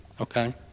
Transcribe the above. okay